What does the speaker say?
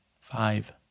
five